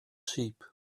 sheep